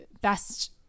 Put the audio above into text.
best